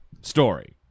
story